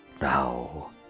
Now